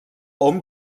hom